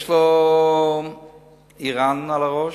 יש לו אירן על הראש,